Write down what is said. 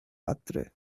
adre